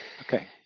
Okay